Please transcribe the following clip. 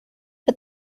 but